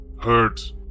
hurt